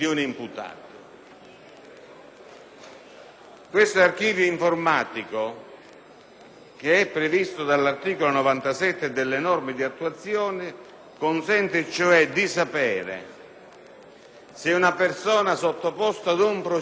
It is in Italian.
Questo archivio informatico, previsto dall'articolo 97 delle norme di attuazione, consente cioè di sapere se una persona sottoposta ad un processo